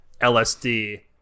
LSD